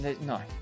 No